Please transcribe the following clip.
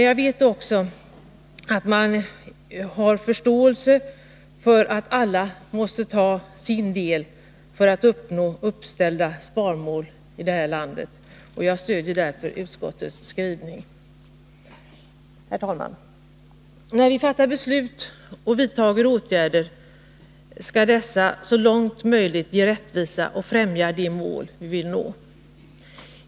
Jag vet också att man har förståelse för att alla måste ta sin del av ansvaret för att uppnå uppställda sparmål i landet, och jag stöder därför utskottets skrivning. Herr talman! När vi fattar beslut och vidtar åtgärder skall dessa så långt möjligt ge rättvisa och främja de mål vi vill nå.